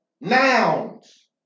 nouns